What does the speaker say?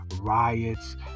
riots